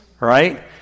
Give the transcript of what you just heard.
Right